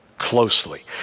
Closely